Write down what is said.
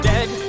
Dead